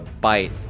bite